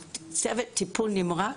אני מכבדת את הצוות המקצועי של טיפול הנמרץ,